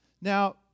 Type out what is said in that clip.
Now